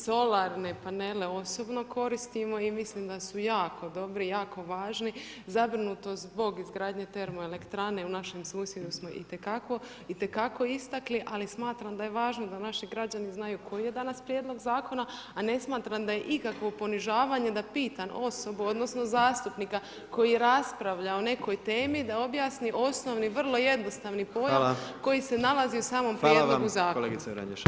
Solarne panele osobno koristimo i mislim da su jako dobri i jako važni, zabrinutost zbog izgradnje termoelektrane u našem susjedu smo i te kako istakli, ali smatram da je važno da naši građani znaju koji je danas prijedlog zakona, a ne smatram da je ikakvo ponižavanje da pitam osobu odnosno zastupnika koji raspravlja o nekoj temi da objasni osnovi vrlo jednostavni pojam [[Upadica: Hvala.]] koji se nalazi u samom [[Upadica: Hvala vam, kolegice Vranješ.]] prijedlogu zakona.